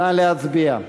נא להצביע.